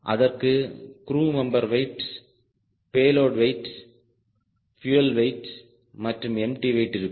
அதற்கு crew member weight payload weight fuel weight மற்றும் empty weight இருக்கும்